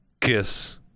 kiss